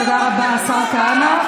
תודה רבה, השר כהנא.